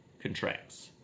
contracts